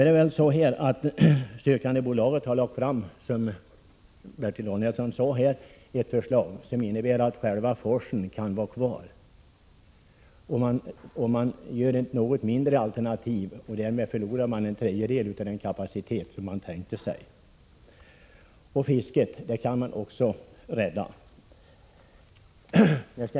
Som Bertil Danielsson sade har sökandebolaget lagt fram ett förslag som innebär att själva forsen kan vara kvar. Det alternativet betyder dock en tredjedels lägre kapacitet än man hade tänkt sig. Fisket kan också räddas.